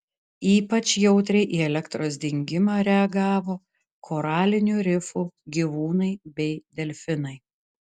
ypač jautriai į elektros dingimą reagavo koralinių rifų gyvūnai bei delfinai